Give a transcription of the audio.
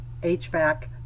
HVAC